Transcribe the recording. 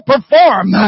perform